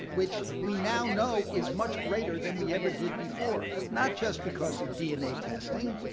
which we now know is much greater than we ever did before. not just because of dna testing.